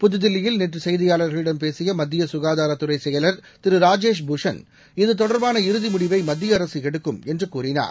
புதுதில்லியில் நேற்று செய்தியாளர்களிடம் பேசிய மத்திய சுகாதாரத் துறை செயவர் திரு ராஜேஷ் பூஷன் இதுதொடர்பான இறுதி முடிவை மத்திய அரசு எடுக்கும் என்று கூறினார்